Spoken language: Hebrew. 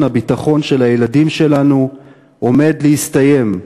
הביטחון של הילדים שלנו עומד להסתיים,